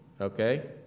Okay